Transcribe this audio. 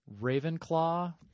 Ravenclaw